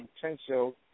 potential